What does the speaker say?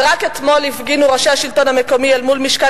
ורק אתמול הפגינו ראשי השלטון המקומי אל מול משכן